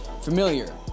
familiar